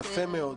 יפה מאוד.